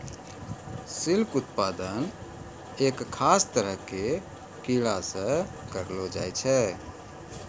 silk उत्पादन एक खास तरह के कीड़ा सॅ करलो जाय छै